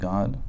God